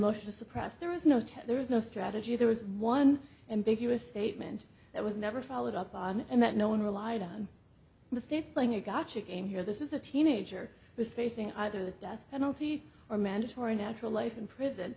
to suppress there was no test there was no strategy there was one ambiguous statement that was never followed up on and that no one relied on the states playing a gotcha game here this is a teenager was facing either the death penalty or mandatory natural life in prison